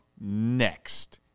next